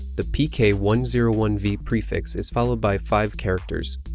the p k one zero one v prefix is followed by five characters.